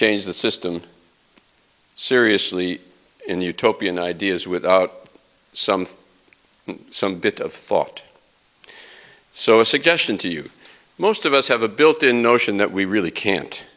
change the system seriously and utopian ideas without something some bit of thought so a suggestion to you most of us have a built in notion that we really can't